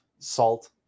Salt